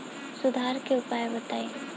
सुधार के उपाय बताई?